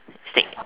steak